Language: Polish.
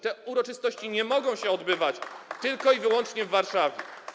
Te uroczystości nie mogą się odbywać tylko i wyłącznie w Warszawie.